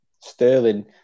Sterling